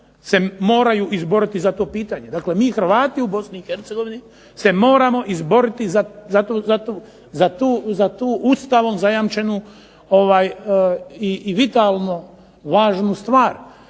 se moraju izboriti za to pitanje, dakle mi Hrvati u Bosni i Hercegovini se moramo izboriti za tu Ustavom zajamčenu i vitalno važnu stvar.